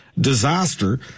disaster